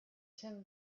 tin